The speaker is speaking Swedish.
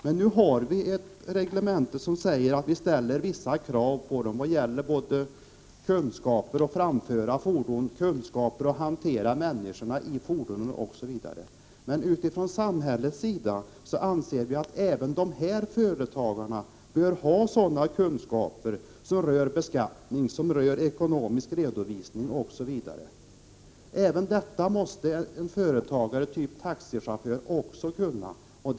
Men vi har nu ett reglemente som säger att vi skall ställa vissa krav både vad gäller kunskaper om att framföra fordon och kunskaper om att hantera människorna i fordonen. Från samhällets sida anser vi att även dessa företagare bör ha kunskaper om beskattning, ekonomisk redovisning osv. Även en taxichaufför bör kunna detta.